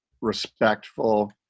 respectful